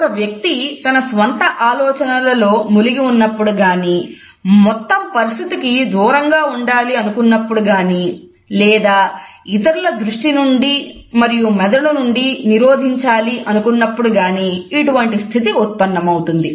ఒక వ్యక్తి తన స్వంత ఆలోచనలలో మునిగి ఉన్నప్పుడు గానీ మొత్తం పరిస్థితికి దూరంగా ఉండాలి అనుకున్నప్పుడు గాని లేదా ఇతరులను దృష్టి నుండి మరియు మెదడు నుండి నిరోధించాలి అనిపించినప్పుడు గాని ఇటువంటి స్థితి ఉత్పన్నమౌతుంది